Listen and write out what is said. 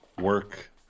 work